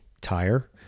tire